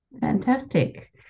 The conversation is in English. Fantastic